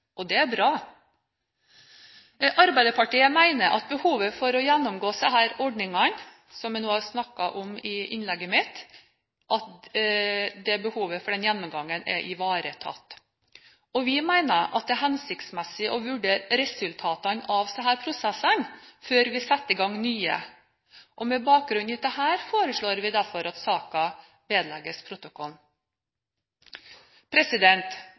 og det er bra! Arbeiderpartiet mener at behovet for å gjennomgå disse ordningene som jeg har snakket om i innlegget mitt, er ivaretatt. Vi mener at det er hensiktsmessig å vurdere resultatene av disse prosessene før vi setter i gang nye. Med bakgrunn i dette foreslår vi derfor at saken vedlegges